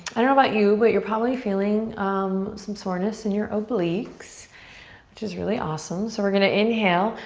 i don't know about you but you're probably feeling um some soreness in your obliques which is really awesome. so we're gonna inhale.